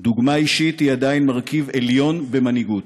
דוגמה אישית היא עדיין מרכיב עליון במנהיגות.